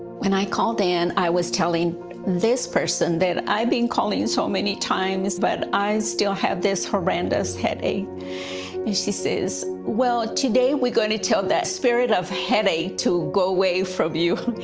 when i called in i was telling this person that i've been calling so many times, but i still have this horrendous headache. and she says, well, today we're going to tell that spirit of headache to go away from you.